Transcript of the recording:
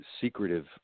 secretive